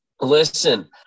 Listen